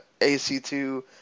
AC2